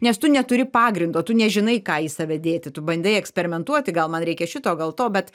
nes tu neturi pagrindo tu nežinai ką į save dėti tu bandai eksperimentuoti gal man reikia šito gal to bet